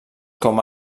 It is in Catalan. com